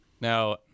now